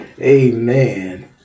Amen